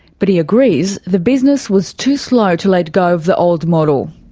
but he agrees the business was too slow to let go of the old model.